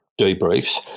debriefs